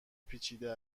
پیچیده